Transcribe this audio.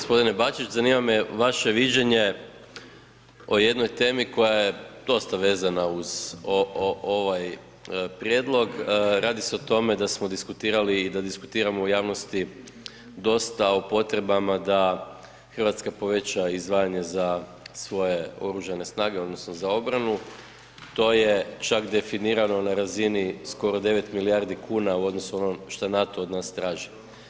Gospodine Bačić, zanima me vaše viđenje o jednoj temi koja je dosta vezana uz ovaj prijedlog, radi se o tome da smo diskutirali i da diskutiramo u javnosti dosta o potrebama da Hrvatska poveća izdvajanje za svoje oružane snage odnosno za obranu, to je čak definirano na razini skoro 9 milijardi kuna u odnosu na ono što NATO od nas traži.